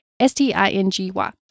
S-T-I-N-G-Y